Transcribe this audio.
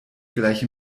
gleich